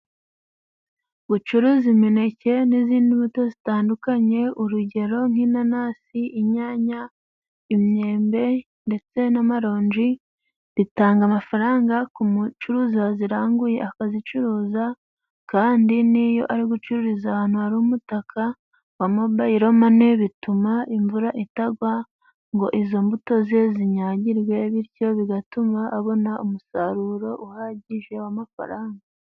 Gucuruza imineke n'izindi mbuto zitandukanye, urugero nk'inanasi, inyanya, imyembe ndetse n'amaronji, bitanga amafaranga ku mucuruzi waziranguye akazicuruza kandi n'iyo ari gucururiza ahantu hari umutaka wa mobayiromani, bituma imvura itagwa ngo izo mbuto ze zinyagirwe, bityo bigatuma abona umusaruro uhagije w'amafaranga.